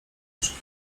kiszki